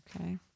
Okay